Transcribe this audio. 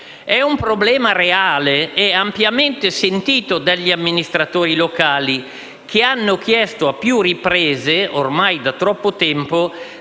È un problema reale e ampiamente sentito dagli amministratori locali, che hanno chiesto, a più riprese e ormai da troppo tempo,